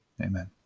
Amen